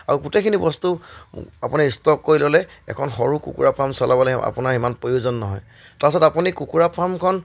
আৰু গোটেইখিনি বস্তু আপুনি ষ্টক কৰি ল'লে এখন সৰু কুকুৰা ফাৰ্ম চলাবলৈ আপোনাৰ ইমান প্ৰয়োজন নহয় তাৰপিছত আপুনি কুকুৰা ফাৰ্মখন